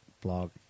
blog